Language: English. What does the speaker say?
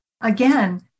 Again